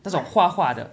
那种画画的